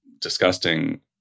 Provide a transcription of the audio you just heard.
disgusting